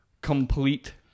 complete